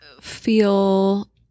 feel